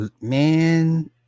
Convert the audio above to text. man